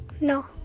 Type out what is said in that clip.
No